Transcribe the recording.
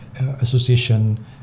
Association